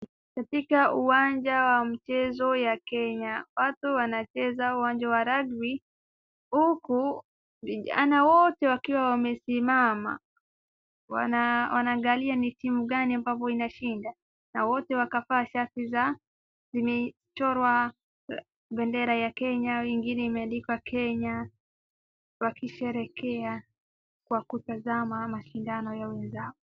Katika uwanja ya mchezo ya Kenya watu wanacheza uwanja wa rugby huku vijana wote wakiwa wamesimama wanaangalia ni timu gani ambapo inashinda, na wote wakavaa shati za zimechorwa bendera ya Kenya au nyingine imeandikwa Kenya wakisherekea kwa kutazama mashindano ya wenzao.